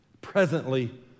presently